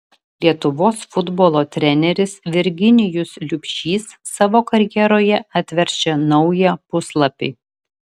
lietuvos futbolo treneris virginijus liubšys savo karjeroje atverčia naują puslapį